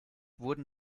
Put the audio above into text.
wurden